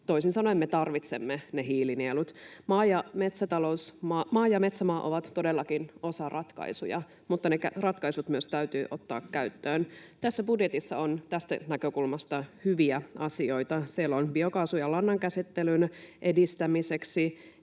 toisin sanoen me tarvitsemme ne hiilinielut. Maa- ja metsätalous on todellakin osa ratkaisuja, mutta ne ratkaisut myös täytyy ottaa käyttöön. Tässä budjetissa on tästä näkökulmasta hyviä asioita. Siellä on biokaasun ja lannan käsittelyn edistämiseksi